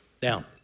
Down